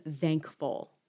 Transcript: thankful